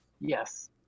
Yes